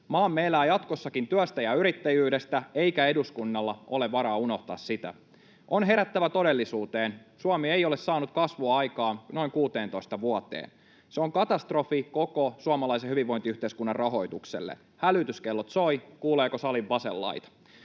Maamme elää jatkossakin työstä ja yrittäjyydestä, eikä eduskunnalla ole varaa unohtaa sitä. On herättävä todellisuuteen. Suomi ei ole saanut kasvua aikaan noin 16 vuoteen. Se on katastrofi koko suomalaisen hyvinvointiyhteiskunnan rahoitukselle. Hälytyskellot soivat — kuuleeko salin vasen laita?